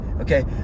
Okay